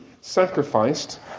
sacrificed